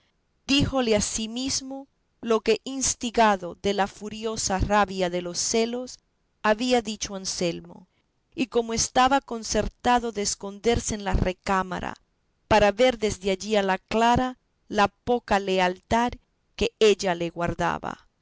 de leonela díjole asimismo lo que instigado de la furiosa rabia de los celos había dicho a anselmo y cómo estaba concertado de esconderse en la recámara para ver desde allí a la clara la poca lealtad que ella le guardaba